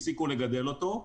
הפסיקו לגדל אותו.